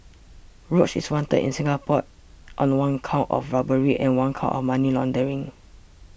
Roach is wanted in Singapore on one count of robbery and one count of money laundering